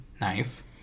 Nice